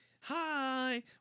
Hi